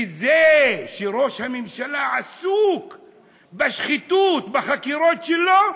וזה שראש הממשלה עסוק בשחיתות בחקירות שלו,